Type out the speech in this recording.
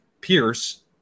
Pierce